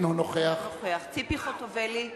אינו נוכח ציפי חוטובלי,